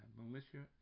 militia